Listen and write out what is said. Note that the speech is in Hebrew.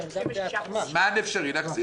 זמן אפשרי להחזיר,